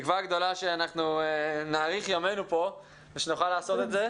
בתקווה גדולה שאנחנו נאריך ימנו פה ושנוכל לעשות את זה.